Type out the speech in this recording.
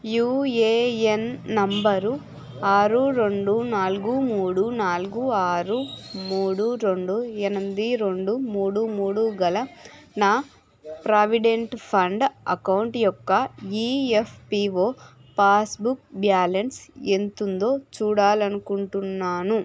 UAN number ఆరు రెండు నాలుగు మూడు నాలుగు ఆరు మూడు రెండు ఎనిమిది రెండు మూడు మూడు గల నా ప్రావిడెంట్ ఫండ్ అకౌంట్ యొక్క ఈఎఫ్పిఓ పాస్ బుక్ బ్యాలన్స్ ఎంతుందో చూడాలనుకుంటున్నాను